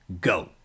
go